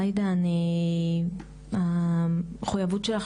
עאידה, המחויבות שלך